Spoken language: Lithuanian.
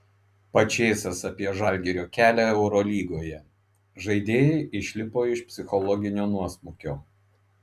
pačėsas apie žalgirio kelią eurolygoje žaidėjai išlipo iš psichologinio nuosmukio